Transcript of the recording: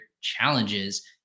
challenges